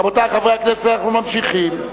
רבותי חברי הכנסת, אנחנו ממשיכים.